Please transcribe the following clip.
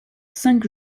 cinq